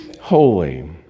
holy